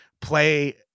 play